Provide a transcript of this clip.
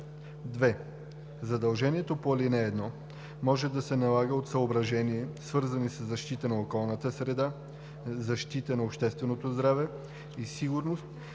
(2) Задължението по ал. 1 може да се налага от съображения, свързани със защита на околната среда, защита на общественото здраве и сигурност